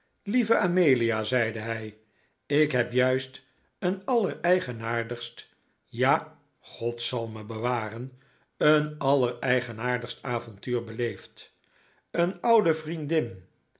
lieve amelia zeide hij ik heb juist een allereigenaardigst ja god zal me bewaren een allereigenaardigst avontuur beleefd een oude vriendin